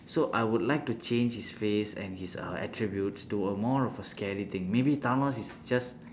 so I would like to change his face and his uh attributes to a more of a scary thing maybe thanos is just